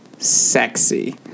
Sexy